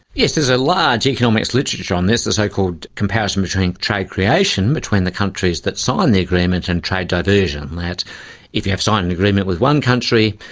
yes, there's a large economics literature on this, the so-called comparison between trade creation between the countries that sign the agreement, and trade diversion, that if you have signed an agreement with one country,